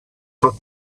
but